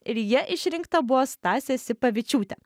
ir ja išrinkta buvo stasė sipavičiūtė